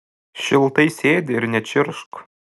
šiltai sėdi ir nečirkšk